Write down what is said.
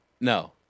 No